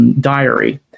diary